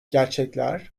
gerçekler